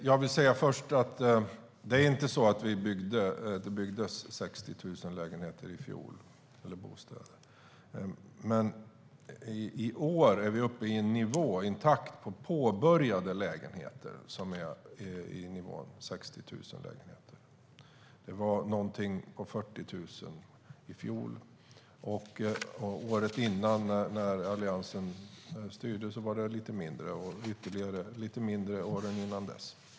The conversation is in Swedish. Fru talman! Först vill jag säga: Det var inte så att det byggdes 60 000 bostäder i fjol. Men i år är vi när det gäller påbörjade lägenheter uppe i en takt som är på nivån 60 000 bostäder. Det var ungefär 40 000 i fjol. Året innan, när Alliansen styrde, var det lite mindre, och det var ytterligare lite mindre åren innan dess.